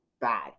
bad